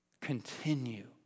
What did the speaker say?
continue